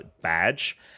badge